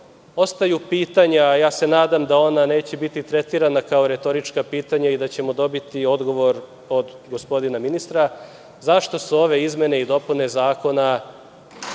ostaju pitanja, a nadam se da ona neće biti tretirana kao retorička pitanja i da ćemo dobiti odgovor od gospodina ministra – zašto su ove izmene i dopune zakona